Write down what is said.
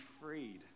freed